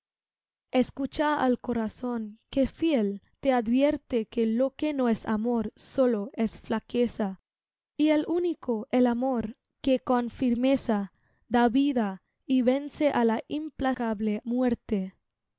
escucha al corazón que fiel te advierte que lo que no es amor sólo es flaqueza y el único el amor que con firmeza da vida y vence á la implacable muerte